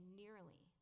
nearly